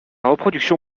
reproduction